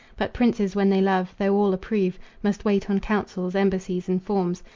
but princes when they love, though all approve, must wait on councils embassies and forms.